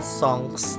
songs